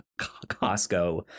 costco